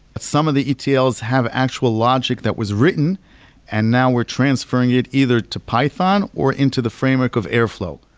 some of the etls have actual logic that was written and now we're transferring it either to python, or into the framework of airflow.